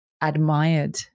admired